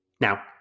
Now